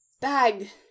bag